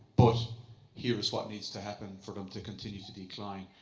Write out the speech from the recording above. but here's what needs to happen for them to continue to decline.